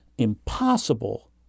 impossible